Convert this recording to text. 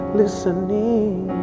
listening